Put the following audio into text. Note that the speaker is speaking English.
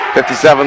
57